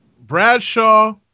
Bradshaw